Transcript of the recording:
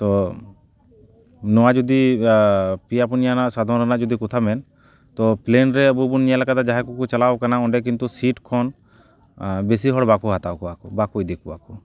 ᱛᱳ ᱱᱚᱣᱟ ᱡᱩᱫᱤ ᱯᱮᱭᱟ ᱯᱩᱱᱭᱟ ᱟᱱᱟᱜ ᱥᱟᱫᱷᱚᱱ ᱨᱮᱱᱟᱜ ᱠᱚᱛᱷᱟᱢ ᱢᱮᱱ ᱛᱳ ᱯᱞᱮᱱ ᱨᱮ ᱟᱵᱚ ᱵᱚᱱ ᱧᱮᱞ ᱟᱠᱟᱫᱟ ᱡᱟᱦᱟᱸᱭ ᱠᱚᱠᱚ ᱪᱟᱞᱟᱣ ᱟᱠᱟᱱᱟ ᱚᱸᱰᱮ ᱠᱤᱱᱛᱩ ᱥᱤᱴ ᱠᱷᱚᱱ ᱵᱮᱥᱤ ᱦᱚᱲ ᱵᱟᱠᱚ ᱦᱟᱛᱟᱣ ᱠᱚᱣᱟᱠᱚ ᱵᱟᱠᱚ ᱤᱫᱤ ᱠᱚᱣᱟ ᱠᱚ